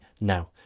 now